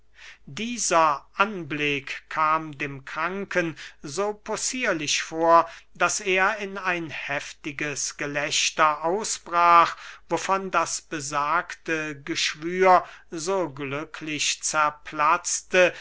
dieser anblick kam dem kranken so possierlich vor daß er in ein heftiges gelächter ausbrach wovon das besagte geschwür so glücklich zerplatzte